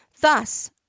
Thus